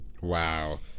Wow